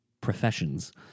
professions